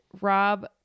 Rob